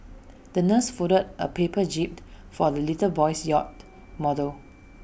the nurse folded A paper jib for the little boy's yacht model